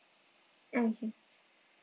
okay